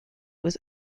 was